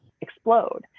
explode